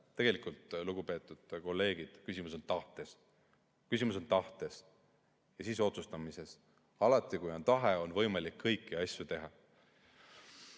Tegelikult, lugupeetud kolleegid, küsimus on tahtes. Küsimus on tahtes ja siis otsustamises. Alati, kui on tahe, on võimalik kõiki asju teha.